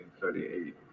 1938